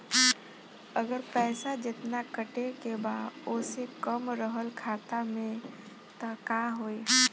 अगर पैसा जेतना कटे के बा ओसे कम रहल खाता मे त का होई?